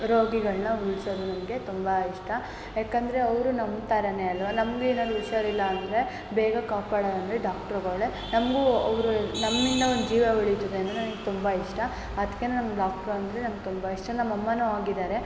ರೋಗಿಗಳನ್ನು ಉಳಿಸೋದು ನನಗೆ ತುಂಬ ಇಷ್ಟ ಯಾಕಂದರೆ ಅವರು ನಮ್ಮ ಥರವೇ ಅಲ್ಲವಾ ನಮ್ಗೇನಾದ್ರು ಹುಷಾರಿಲ್ಲ ಅಂದರೆ ಬೇಗ ಕಾಪಾಡೋದಂದ್ರೆ ಡಾಕ್ಟ್ರುಗಳೆ ನಮಗೂ ಅವರೆ ನಮ್ಮಿಂದ ಒಂದು ಜೀವ ಉಳೀತದೆ ಅಂದರೆ ನನಗ್ ತುಂಬ ಇಷ್ಟ ಅದಕ್ಕೆ ನನ್ಗೆ ಡಾಕ್ಟ್ರು ಅಂದರೆ ನನ್ಗೆ ತುಂಬ ಇಷ್ಟ ನಮ್ಮಅಮ್ಮನೂ ಆಗಿದ್ದಾರೆ